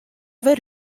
wer